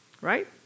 right